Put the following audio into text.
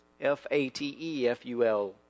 F-A-T-E-F-U-L